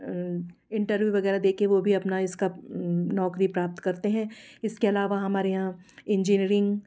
interview वगैरह देके वो भी अपना इसका नौकरी प्राप्त करते हैं इसके अलावा हमारे यहाँ इंजीनियरिंग